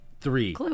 three